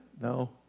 No